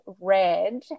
red